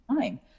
time